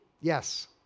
Yes